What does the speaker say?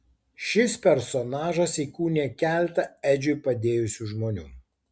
šis personažas įkūnija keletą edžiui padėjusių žmonių